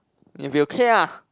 if you okay ah